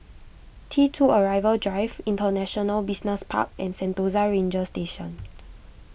T two Arrival Drive International Business Park and Sentosa Ranger Station